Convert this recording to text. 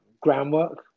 groundwork